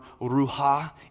Ruha